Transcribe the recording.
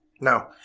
No